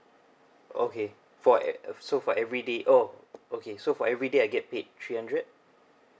okay for at so for everyday oh okay so for every day I get paid three hundred